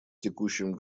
текущем